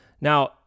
Now